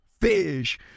fish